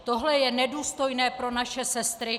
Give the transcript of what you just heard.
Tohle je nedůstojné pro naše sestry.